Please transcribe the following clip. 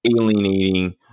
alienating